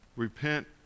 Repent